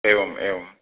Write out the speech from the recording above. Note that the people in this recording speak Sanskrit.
एवम् एवं